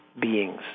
beings